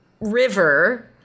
river